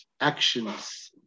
actions